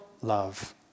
love